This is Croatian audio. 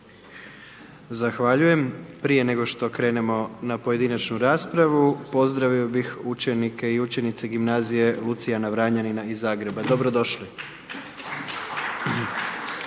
Zahvaljujem. Prije nego što krenemo na pojedinačnu raspravu, pozdravio bih učenike i učenice gimnazije Lucijana Vranjanina iz Zagreba. Dobro